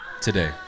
today